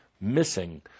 missing